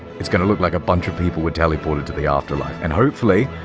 it's gonna look like a bunch of people were teleported to the afterlife and hopefully,